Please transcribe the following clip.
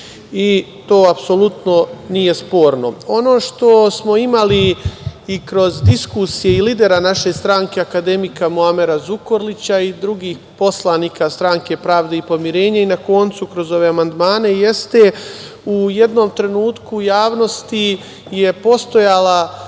i to apsolutno nije sporno. Ono što smo imali i kroz diskusiju lidera naše stranke akademika Muamera Zukorlića i drugih poslanika Stanke pravde i pomirenja i, na koncu, kroz ove amandmane jeste da je u jednom trenutku u javnosti je postojala